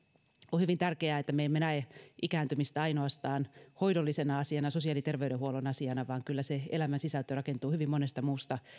on hyvin tärkeää että me emme näe ikääntymistä ainoastaan hoidollisena asiana sosiaali ja terveydenhuollon asiana vaan kyllä se elämänsisältö rakentuu hyvin monesta muustakin